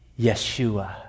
Yeshua